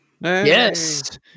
Yes